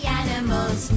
animals